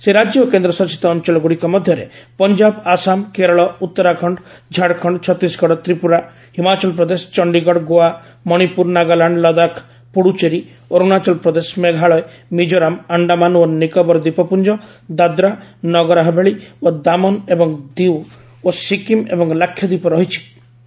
ସେହି ରାଜ୍ୟ ଓ କେନ୍ଦ୍ରଶାସିତ ଅଞ୍ଚଳ ଗ୍ରଡ଼ିକ ମଧ୍ୟରେ ପଞ୍ଜାବ ଆସାମ କେରଳ ଉତ୍ତରାଖଣ୍ଡ ଝାଡ଼ଖଣ୍ଡ ଛତିଶଗଡ ତ୍ରିପୁରା ହିମାଚଳପ୍ରଦେଶ ଚଣ୍ଡିଗଡ ଗୋଆ ମଣିପୁର ନାଗାଲାଣ୍ଡ ଲଦାଖ ପୁଡ଼ୁଚେରୀ ଅରୁଣାଚଳପ୍ରଦେଶ ମେଘାଳୟ ମିକୋରାମ୍ ଆଶ୍ଡାମାନ୍ ଓ ନିକୋବର ଦ୍ୱୀପପୁଞ୍ଜ ଦାଦ୍ରା ନଗରହାବେଳୀ ଓ ଦାମନ୍ ଏବଂ ଡିଉ ଓ ସିକିମ୍ ଏବଂ ଲାକ୍ଷାଦ୍ୱୀପ ରହିଛି କରିବେ